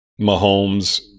Mahomes